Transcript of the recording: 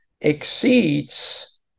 exceeds